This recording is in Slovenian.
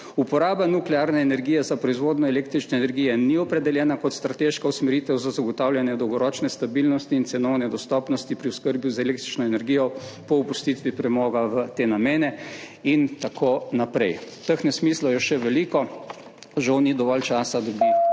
Uporaba nuklearne energije za proizvodnjo električne energije ni opredeljena kot strateška usmeritev za zagotavljanje dolgoročne stabilnosti in cenovne dostopnosti pri oskrbi z električno energijo po opustitvi premoga v te namene. In tako naprej, teh nesmislov je še veliko, žal ni dovolj časa, da bi